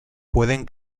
pueden